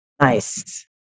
Nice